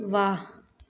वाह